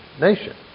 nation